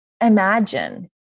imagine